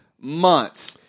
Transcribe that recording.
months